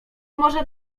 może